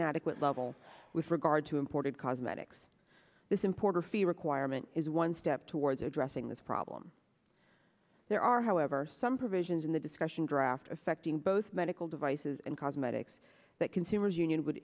inadequate level with regard to imported cosmetics this importer fee requirement is one step towards addressing this problem there are however some provisions in the discussion draft affecting both medical devices and cosmetics that consumers union would